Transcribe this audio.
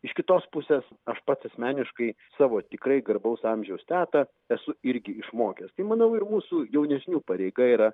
iš kitos pusės aš pats asmeniškai savo tikrai garbaus amžiaus tetą esu irgi išmokęs tai manau ir mūsų jaunesniųjų pareiga yra